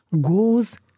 goes